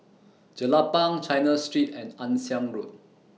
Jelapang China Street and Ann Siang Road